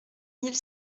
mille